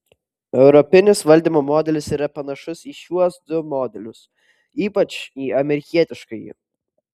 europinis valdymo modelis yra panašus į šiuos du modelius ypač į amerikietiškąjį